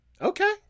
okay